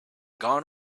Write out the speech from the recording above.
gone